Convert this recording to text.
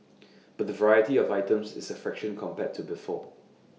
but the variety of items is A fraction compared to before